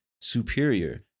superior